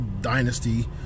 dynasty